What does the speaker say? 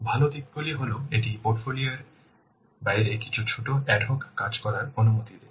ভাল দিকগুলি হল এটি পোর্টফোলিও এর বাইরে কিছু ছোট ad hoc কাজ করার অনুমতি দেয়